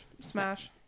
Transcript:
smash